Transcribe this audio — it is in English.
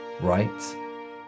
right